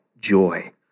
joy